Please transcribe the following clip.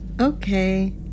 Okay